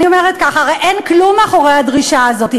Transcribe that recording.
אני אומרת ככה, הרי אין כלום מאחורי הדרישה הזאת.